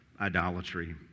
idolatry